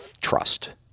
trust